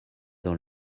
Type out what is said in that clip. dans